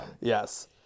Yes